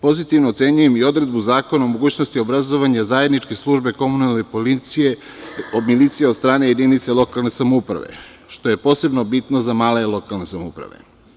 Pozitivno ocenjujem i odredbu zakona o mogućnosti obrazovanja zajedničke službe komunalne milicije od strane jedinice lokalne samouprave, što je posebno bitno za male lokalne samouprave.